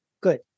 Good